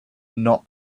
not